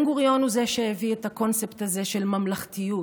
בן-גוריון הוא שהביא את הקונספט הזה של ממלכתיות,